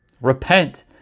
repent